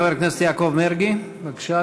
חבר הכנסת יעקב מרגי, בבקשה,